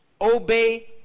Obey